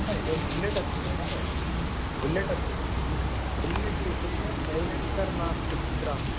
न एतद् बुल्लेट् अस्ति वा महोदय बुलेट् अस्ति कलु बुलेट् विषये सैलेन्सेर् नास्ति कुत्रापि